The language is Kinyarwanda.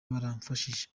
baramfashije